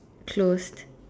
closed